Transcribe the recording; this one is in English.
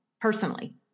personally